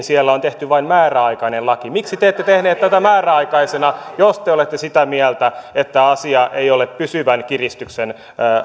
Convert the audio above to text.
siellä on tehty vain määräaikainen laki miksi te ette tehneet tätä määräaikaisena jos te olette sitä mieltä että asia ei ole pysyvän kiristyksen